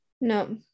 no